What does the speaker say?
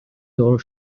door